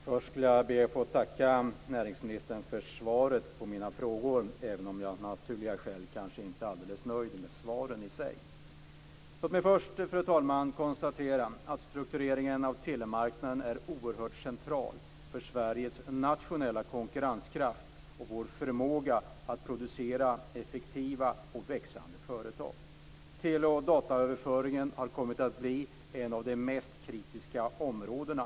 Fru talman! Först vill jag be att få tacka näringsministern för svaret på mina frågor, även om jag av naturliga skäl kanske inte är alldeles nöjd med svaren i sig. Låt mig konstatera, fru talman, att struktureringen av telemarknaden är oerhört central för Sveriges nationella konkurrenskraft och vår förmåga att producera effektiva och växande företag. Tele och dataöverföringen har kommit att bli ett av de mest kritiska områdena.